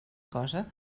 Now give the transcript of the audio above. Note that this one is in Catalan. cosa